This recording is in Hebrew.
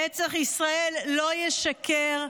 נצח ישראל לא ישקר.